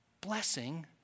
blessing